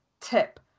tip